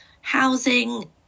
housing